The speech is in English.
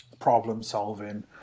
Problem-solving